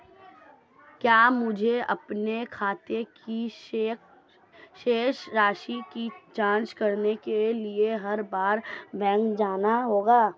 क्या मुझे अपने खाते की शेष राशि की जांच करने के लिए हर बार बैंक जाना होगा?